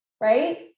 right